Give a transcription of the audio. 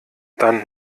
dann